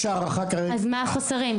מה החוסרים?